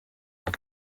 iki